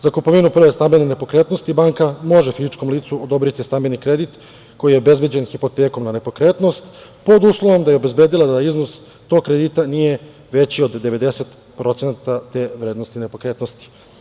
Za kupovinu prve stambene nepokretnosti banka može fizičkom licu odobriti stambeni kredit koji je obezbeđen hipotekom na nepokretnost pod uslovom da je obezbedila da iznos tog kredita nije veći od 90% te vrednosti nepokretnosti.